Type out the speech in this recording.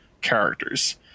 characters